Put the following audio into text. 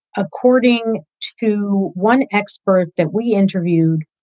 according to one expert that we interviewed,